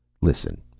Listen